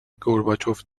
گورباچوف